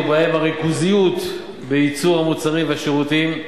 ובהן הריכוזיות בייצור המוצרים והשירותים,